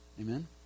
amen